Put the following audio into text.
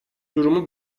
durumu